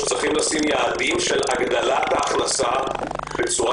שצריך לקבוע יעדים של הגדלת ההכנסה בצורה